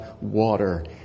water